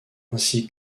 ainsi